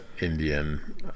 indian